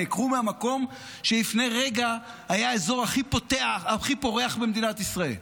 נעקרו מהמקום שלפני רגע היה האזור הכי פורח במדינת ישראל.